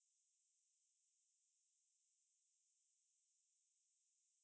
so he say err actually no I feel more comfortable if somebody sat with me